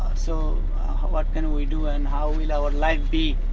so what can we do and how will our life be.